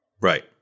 Right